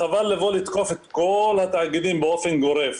חבל לבוא לתקוף את כל התאגידים באופן גורף.